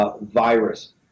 virus